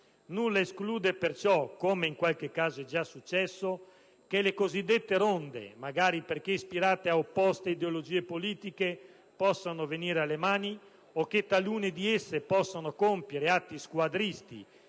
Nulla esclude perciò, come in qualche caso è già successo, che le cosiddette ronde, magari perché ispirate ad opposte ideologie politiche, possano venire alle mani o che talune di esse possano compiere atti squadristi